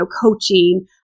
coaching